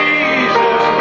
Jesus